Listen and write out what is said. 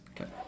Okay